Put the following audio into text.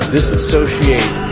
Disassociate